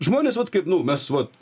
žmonės vat kaip nu mes vat